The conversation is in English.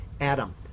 Adam